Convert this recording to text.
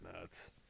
nuts